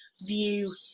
view